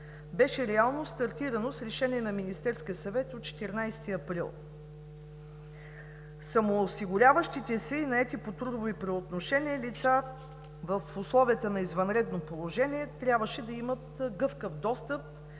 беше реално стартирано с решение на Министерския съвет от 14 април. Самоосигуряващите се и наетите по трудово правоотношение лица в условията на извънредното положение трябваше да имат гъвкав достъп